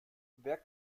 wer